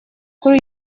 kuri